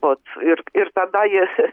vot ir ir tada jis